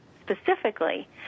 specifically